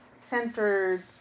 centered